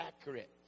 accurate